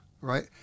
right